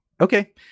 Okay